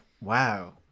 wow